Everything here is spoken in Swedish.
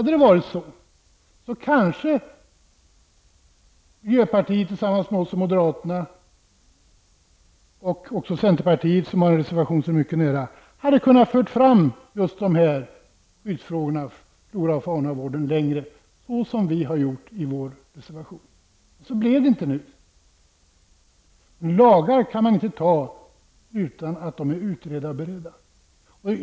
I sådant fall kanske miljöpartiet tillsammans med oss, moderaterna och även centerpartiet, som har en reservation som ligger mycket nära, hade kunnat föra fram frågorna om vården av flora och fauna längre, såsom vi har gjort i vår reservation. Så blev det inte nu. Lagar kan man inte anta utan att de är utredda och beredda.